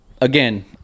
again